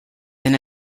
than